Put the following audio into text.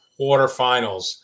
quarterfinals